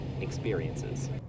experiences